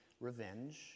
revenge